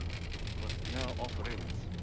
but now off limits.